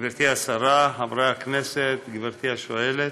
גברתי השרה, חברי הכנסת, גברתי השואלת,